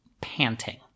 panting